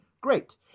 great